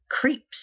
creeps